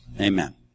Amen